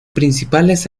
principales